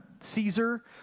Caesar